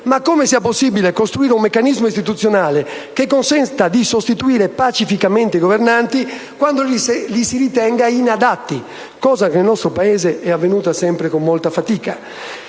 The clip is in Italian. ma come sia possibile costruire un meccanismo istituzionale che consenta di sostituire pacificamente i governanti quando li si ritenga inadatti, cosa che nel nostro Paese è avvenuta sempre con molta fatica.